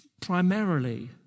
primarily